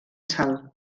sal